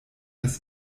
das